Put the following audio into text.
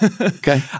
Okay